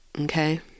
Okay